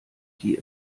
die